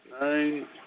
nine